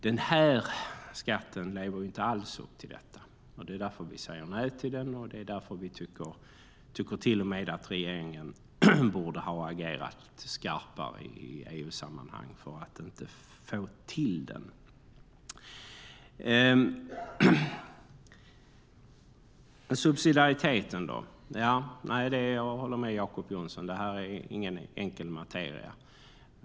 Den här skatten lever inte alls upp till detta, och det är därför vi säger nej till den och till och med tycker att regeringen borde ha agerat skarpare i EU-sammanhang för att inte få till den. Subsidiariteten, då? Jag håller med Jacob Johnson om att detta inte är någon enkel materia.